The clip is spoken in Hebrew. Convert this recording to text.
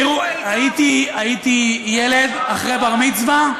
תראו, הייתי ילד אחרי בר-מצווה.